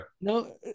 no